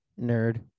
Nerd